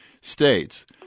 states